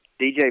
dj